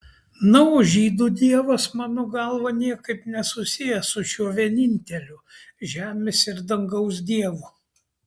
na o žydų dievas mano galva niekaip nesusijęs su šiuo vieninteliu žemės ir dangaus dievu